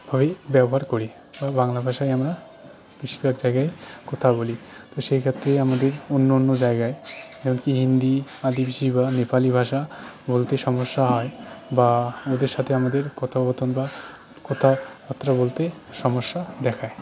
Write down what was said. হয় ব্যবহার করি বা বাংলা ভাষায় আমরা বেশিরভাগ জায়গায় কথা বলি তো সেই ক্ষেত্রেই আমাদের অন্য অন্য জায়গায় যেমনকি হিন্দি আদিবাসী বা নেপালি ভাষা বলতে সমস্যা হয় বা ওদের সাথে আমাদের কথোপকথন বা কথাবার্তা বলতে সমস্যা দেখায়